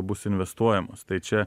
bus investuojamos tai čia